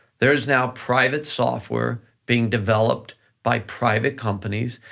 there is now private software being developed by private companies,